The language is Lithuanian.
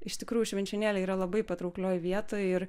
iš tikrųjų švenčionėliai yra labai patrauklioj vietoj ir